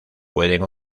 pueden